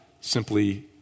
simply